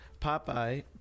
Popeye